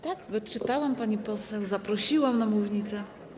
Tak, wyczytałam panią poseł, zaprosiłam na mównicę.